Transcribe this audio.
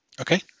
Okay